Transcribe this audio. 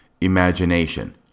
imagination